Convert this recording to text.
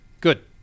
Good